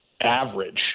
average